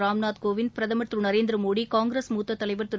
ராம்நாத் னோவிந்த் பிரதமர் திருநரேந்திரமோடி காங்கிரஸ் மூத்ததலைவர் திரு